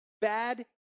bad